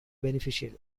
beneficial